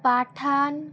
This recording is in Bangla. পাঠান